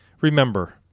remember